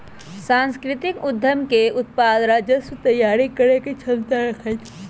सांस्कृतिक उद्यम के उत्पाद राजस्व तइयारी करेके क्षमता रखइ छै